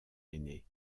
aînée